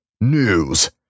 News